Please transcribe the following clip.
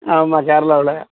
ஆமாம் கேரளாவில்